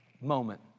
moment